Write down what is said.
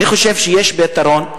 אני חושב שיש פתרון,